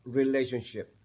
relationship